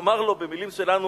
הוא אמר לו, במלים שלנו,